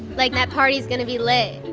like, that party's going to be lit